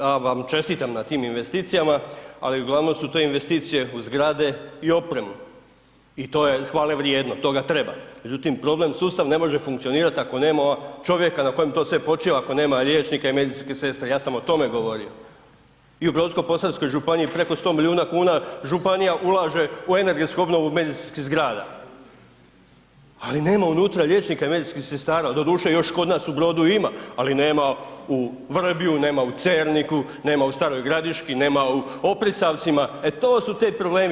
Pa kolega ja vam čestitam na tim investicijama, ali uglavnom su te investicije u zgrade i opremu i to je hvale vrijedno, toga treba, međutim problem, sustav ne može funkcionirati ako nema čovjeka na kojem to sve počiva ako nema liječnika i medicinske sestre, ja sam o tome govorio i u Brodsko-posavskoj županiji preko 100 miliona kuna županija ulaže u energetsku obnovu medicinskih zgrada, ali nema unutra liječnika i medicinskih sestara, doduše još kod nas u Brodu ima, ali nema u Vrbju, nema u Cerniku, nema u Staroj Gradiški, nema u Oprisavcima, e to su ti problemi.